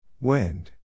Wind